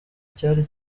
cyari